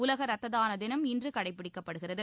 உலக ரத்ததான தினம் இன்று கடைப்பிடிக்கப்படுகிறது